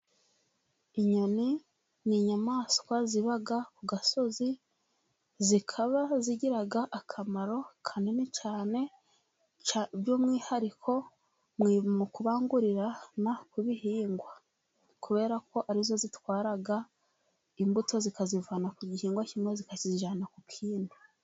Inyoni ni inyamaswa ziba ku gasozi zikaba zigira akamaro kanini cyane, by'umwihariko mu kubangurirarana ku bihingwa kubera ko arizo zitwara imbuto zikazivana ku gihingwa kimwe zikazijyana ku kindi.